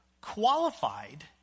Qualified